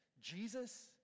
Jesus